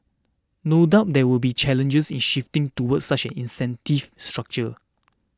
no doubt there will be challenges in shifting towards such an incentive structure